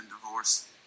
divorce